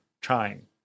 trying